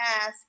ask